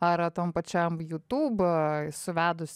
ar tam pačiam youtube suvedus